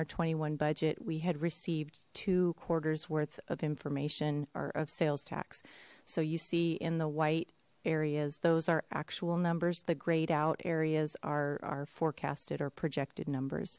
our twenty one budget we had received two quarters worth of information or of sales tax so you see in the white areas those are actual numbers the grayed out areas are our forecasted or projected numbers